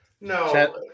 No